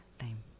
time